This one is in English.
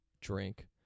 drink